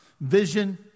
vision